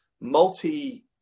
multi